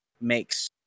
makes